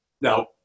now